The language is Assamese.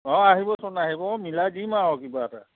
অঁ আহিবচোন আহিব মিলাই পেলাই দিম আৰু কিবা এটা